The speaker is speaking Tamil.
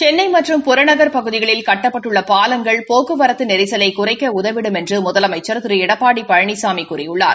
சென்னை மற்றும் புறநகள் பகுதிகளில் கட்டப்பட்டுள்ள பாலங்கள் போக்குவரத்து நெிசலை குறைக்க உதவிடும் என்று முதலமைச்ச் திரு எடப்பாடி பழனிசாமி கூறியுள்ளார்